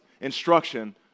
instruction